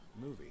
movie